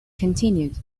continued